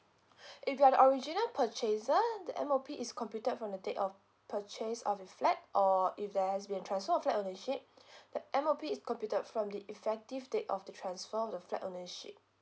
if you're the original purchaser the M_O_P is computed from the date of purchase of the flat or if there has been transfer of flat ownership the M_O_P is computed from the effective date of the transfer of the flat ownership